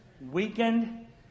Weakened